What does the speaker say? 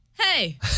hey